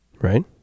Right